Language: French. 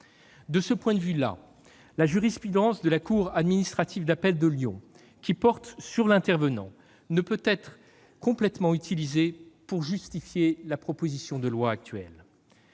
De ce point de vue, la jurisprudence de la cour administrative d'appel de Lyon, qui porte sur l'intervenant, ne peut être complètement utilisée pour justifier la proposition de loi actuelle.